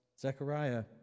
Zechariah